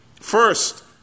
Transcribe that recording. First